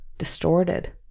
distorted